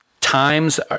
times